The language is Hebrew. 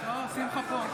אינו נוכח אפרת רייטן